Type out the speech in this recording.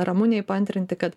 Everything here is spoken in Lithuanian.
ramunei paantrinti kad